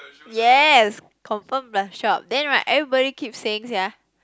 yes confirm plus chop then right everybody keep saying sia